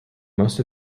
most